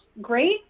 great